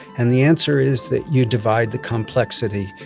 and the answer is that you divide the complexity.